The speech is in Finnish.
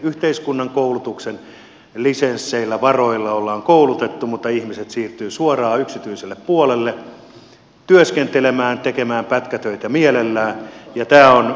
yhteiskunnan koulutuksen lisensseillä varoilla ollaan koulutettu mutta ihmiset siirtyvät suoraan yksityiselle puolelle työskentelemään tekemään pätkätöitä mielellään ja tämä on ongelmallista